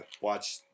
watch